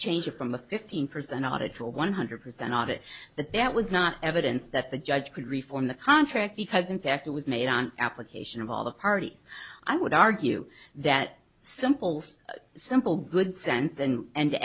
changed from a fifteen percent auditor a one hundred percent audit that that was not evidence that the judge could reform the contract because in fact it was made on application of all the parties i would argue that simple simple good sense and